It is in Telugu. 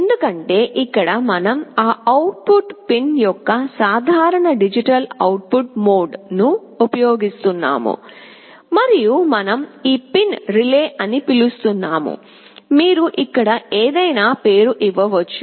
ఎందుకంటే ఇక్కడ మనం ఆ అవుట్ పుట్ పిన్ యొక్క సాధారణ డిజిటల్ అవుట్ పుట్ మోడ్ ను ఉపయోగిస్తున్నాము మరియు మనం ఈ పిన్ను "రిలే " అని పిలుస్తున్నాము మీరు ఇక్కడ ఏదైనా పేరు ఇవ్వవచ్చు